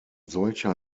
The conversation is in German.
solcher